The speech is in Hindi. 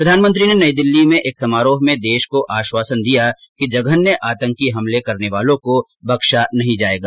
प्रधानमंत्री ने नई दिल्ली में एक समारोह में देश को आश्वासन दिया कि जघन्य आतंकी हमले करने वालों को बक्शा नहीं जायेगा